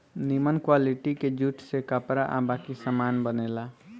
निमन क्वालिटी के जूट से कपड़ा आ बाकी सामान बनेला